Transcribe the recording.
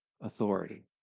Authority